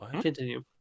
continue